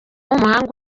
w’umuhanga